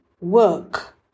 work